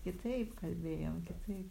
kitaip kalbėjom kitaip